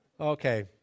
Okay